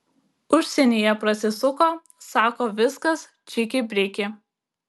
užsienyje prasisuko sako viskas čiki briki